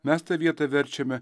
mes tą vietą verčiame